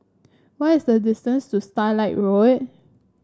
what is the distance to Starlight Road